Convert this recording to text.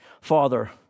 Father